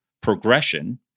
progression